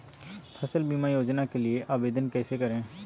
फसल बीमा योजना के लिए आवेदन कैसे करें?